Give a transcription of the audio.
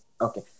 Okay